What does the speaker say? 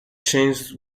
changes